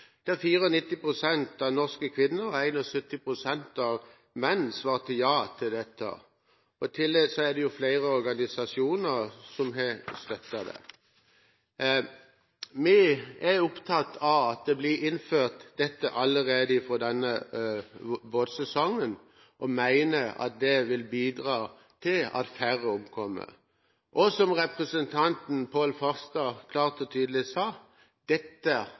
der 94 pst. av norske kvinner og 71 pst. av mennene svarte ja til dette. I tillegg er det jo flere organisasjoner som har støttet det. Vi er opptatt av at dette blir innført allerede fra denne båtsesongen og mener at det vil bidra til at færre omkommer. Og som representanten Pål Farstad klart og tydelig sa: